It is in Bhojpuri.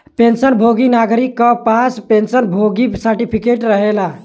पेंशन भोगी नागरिक क पास पेंशन भोगी सर्टिफिकेट रहेला